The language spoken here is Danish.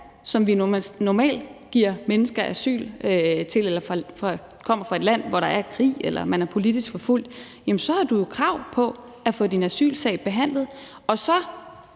hvor vi normalt giver folk asyl, eller kommer du fra et land, hvor der er krig eller man er politisk forfulgt, så har du krav på at få din asylsag behandlet, og så